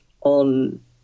on